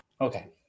Okay